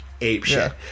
apeshit